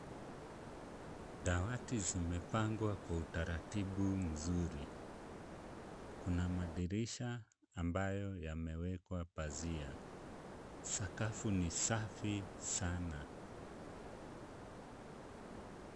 Dawati zimepangwa kwa utaratibu mzuri. Kuna madirisha ambayo yamewekwa pazia, sakafu ni safi sana.